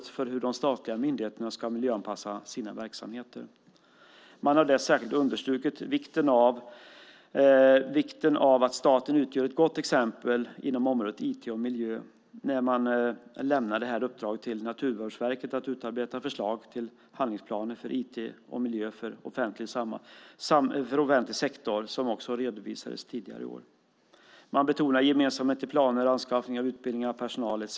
Det handlar om hur de statliga myndigheterna ska miljöanpassa sina verksamheter. Man har särskilt understrukit vikten av att staten utgör ett gott exempel inom området IT och miljö när man lämnar uppdraget att Naturvårdsverket att utarbeta förslag till handlingsplaner för IT och miljö för offentlig sektor, som också redovisades tidigare i år. Man betonar gemensamhet i planer och anskaffning av utbildning av personal etcetera.